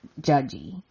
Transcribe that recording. judgy